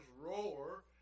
roar